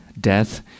death